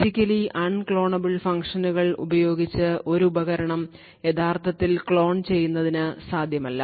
physically unclonable ഫംഗ്ഷനുകൾ ഉപയോഗിച്ച് ഒരു ഉപകരണം യഥാർത്ഥത്തിൽ ക്ലോൺ ചെയ്യുന്നത് സാധ്യമല്ല